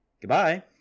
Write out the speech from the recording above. Goodbye